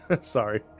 sorry